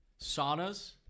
saunas